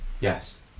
yes